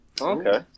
Okay